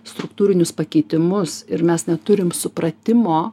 struktūrinius pakeitimus ir mes neturim supratimo